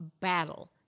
battle